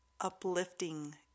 uplifting